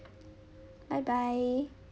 bye bye